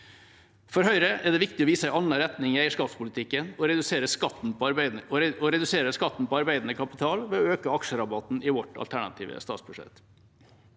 For Høyre er det viktig å vise en annen retning i eierskapspolitikken, og vi reduserer skatten på arbeidende kapital ved å øke aksjerabatten i vårt alternative statsbudsjett.